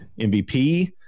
MVP